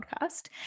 podcast